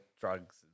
drugs